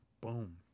Boom